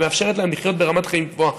"ומאפשרת להם לחיות ברמת חיים גבוהה